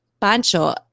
Pancho